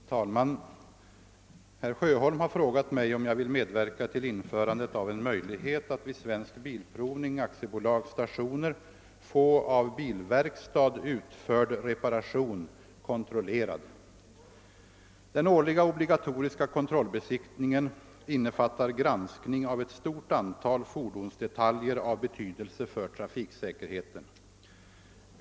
Herr talman! Herr Sjöholm har frågat mig om jag vill medverka till införandet av en möjlighet att vid Svensk bilprovning AB:s stationer få av bilverkstad utförd reparation kontrollerad. Den årliga obligatoriska kontrollbesiktningen innefattar granskning av ett stort antal fordonsdetaljer av betydelse för trafiksäkerheten.